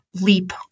leap